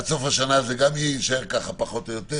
עד סוף השנה זה גם יישאר ככה פחות או יותר,